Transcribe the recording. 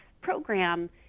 program